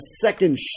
second